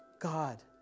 God